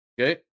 Okay